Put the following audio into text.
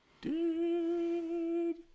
dude